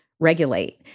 regulate